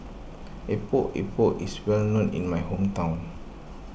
Epok Epok is well known in my hometown